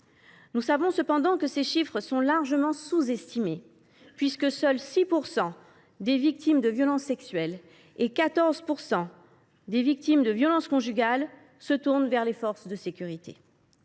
Nous savons cependant que ces chiffres sont largement sous estimés, puisque seulement 6 % des victimes de violences sexuelles et 14 % des victimes de violences conjugales se tournent vers les forces de sécurité.